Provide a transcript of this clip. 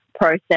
process